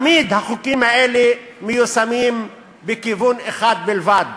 תמיד החוקים האלה מיושמים בכיוון אחד בלבד,